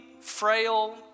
frail